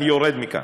אני יורד מכאן.